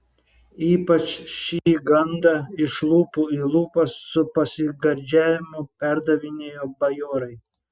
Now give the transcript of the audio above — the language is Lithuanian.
ypač šį gandą iš lūpų į lūpas su pasigardžiavimu perdavinėjo bajorai